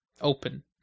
open